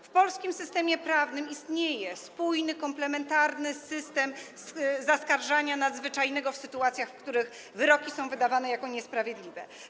W polskim systemie prawnym istnieje spójny, komplementarny system zaskarżania nadzwyczajnego w sytuacjach, w których są wydawane niesprawiedliwe wyroki.